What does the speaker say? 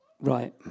Right